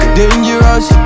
dangerous